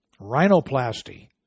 rhinoplasty